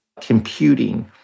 computing